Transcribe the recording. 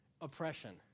oppression